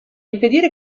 impedire